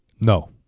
No